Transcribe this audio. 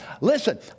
Listen